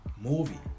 movie